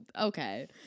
Okay